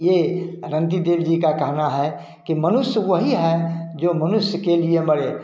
ये रणधी देवजी का कहना है कि मनुष्य वही है जो मनुष्य के लिए मरे